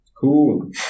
Cool